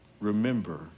Remember